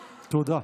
תודה.